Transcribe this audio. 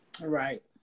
Right